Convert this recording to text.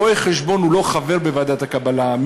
רואה-החשבון הוא לא חבר בוועדת הקבלה,